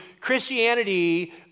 Christianity